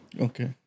okay